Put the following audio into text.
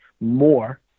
more